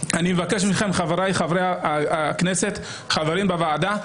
אני מבקש מכם חבריי חברי הכנסת החברים בוועדה,